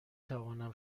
توانم